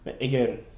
Again